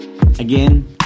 Again